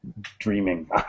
dreaming